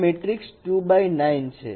આ matrix 2 x 9 છે